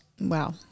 Wow